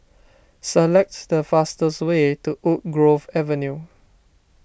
select the fastest way to Woodgrove Avenue